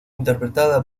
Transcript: interpretada